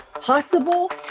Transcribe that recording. Possible